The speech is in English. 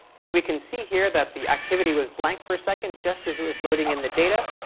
so we can see here that the activity was blank for a second just as it was loading in the data.